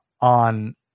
on